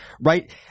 right